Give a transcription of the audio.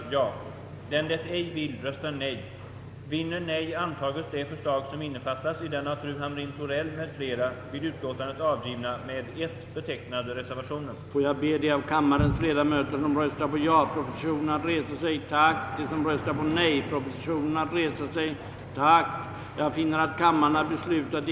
Enligt herr Yngve Perssons sätt att se skulle syndikalismen inte vara förtjänt av föreningsfrihet. Tidigare under debatten har alla i stort sett varit överens om att vi i vårt land skall ha föreningsfrihet.